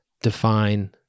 define